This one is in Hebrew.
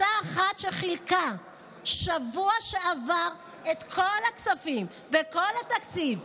אותה אחת שחילקה בשבוע שעבר את כל הכספים ואת כל התקציב,